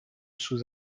sous